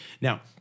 Now